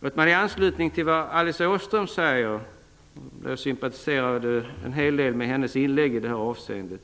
Låt mig i anslutning till vad Alice Åström sade - jag sympatiserar en hel del med hennes inlägg i det här avseendet